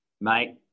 Mate